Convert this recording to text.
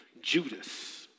Judas